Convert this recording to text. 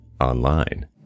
online